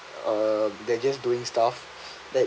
uh they're just doing stuff that